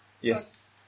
yes